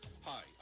Hi